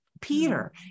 Peter